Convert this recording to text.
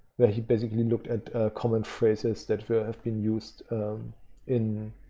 where he basically looked at common phrases that have been used in